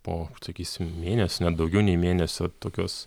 po sakysim mėnesio net daugiau nei mėnesio tokios